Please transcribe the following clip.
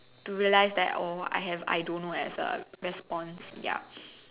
to realize that oh I have I don't know as a response yup